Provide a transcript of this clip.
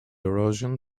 erosion